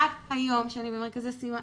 רק היום שאני במרכזי סיוע,